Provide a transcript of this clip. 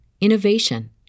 innovation